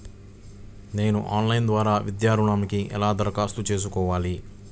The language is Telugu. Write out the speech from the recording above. నేను ఆన్లైన్ ద్వారా విద్యా ఋణంకి ఎలా దరఖాస్తు చేసుకోవాలి?